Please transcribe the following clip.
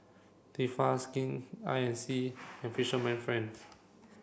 Tefal Skin Inc and Fisherman friend